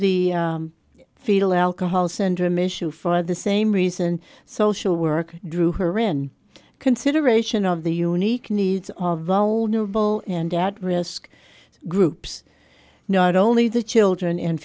the fetal alcohol syndrome issue for the same reason social work drew her in consideration of the unique needs of vulnerable and out risk groups not only the children and